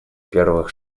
первых